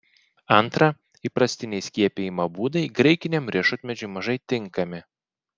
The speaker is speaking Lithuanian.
antra įprastiniai skiepijimo būdai graikiniam riešutmedžiui mažai tinkami